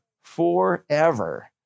Forever